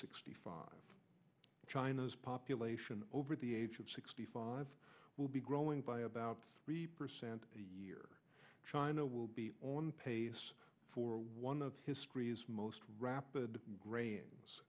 sixty five china's population over the age of sixty five will be growing by about three percent a year china will be on pace for one of history's most rapid grains